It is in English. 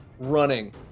running